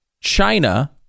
china